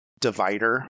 divider